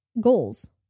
goals